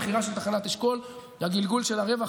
במכירה של תחנת אשכול וגלגול של הרווח